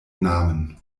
namen